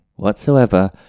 whatsoever